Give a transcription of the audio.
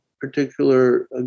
particular